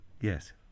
Yes